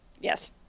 Yes